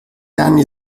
anni